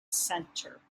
center